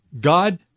God